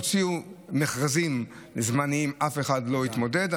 הוציאו מכרזים זמניים ואף אחד לא התמודד.